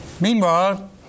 Meanwhile